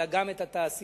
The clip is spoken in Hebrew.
אלא גם את התעשיינים,